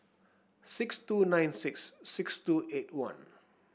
six two nine six six two eight one